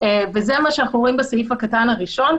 וזה מה שאנחנו רואים בסעיף הקטן הראשון,